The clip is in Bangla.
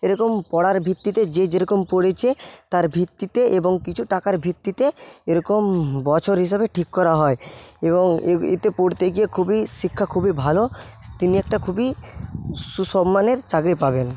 এরকম পড়ার ভিত্তিতে যে যেরকম পড়েছে তার ভিত্তিতে এবং কিছু টাকার ভিত্তিতে এরকম বছর হিসাবে ঠিক করা হয় এবং এটি পড়তে গিয়ে খুবই শিক্ষা খুবই ভালো তিনি একটা খুবই সুসম্মানের চাকরি পাবেন